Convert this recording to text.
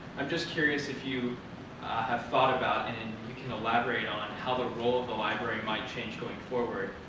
i'm just curious if you have thought about and you can elaborate on how the role of the library might change going forward.